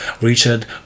Richard